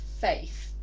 faith